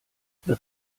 wird